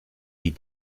die